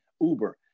Uber